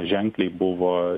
ženkliai buvo